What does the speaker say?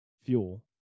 fuel